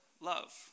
love